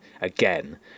again